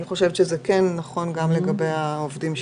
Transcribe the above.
אני חושבת שזה כן נכון גם לגבי העובדים,